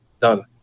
done